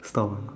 storm